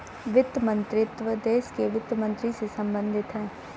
वित्त मंत्रीत्व देश के वित्त मंत्री से संबंधित है